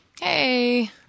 Hey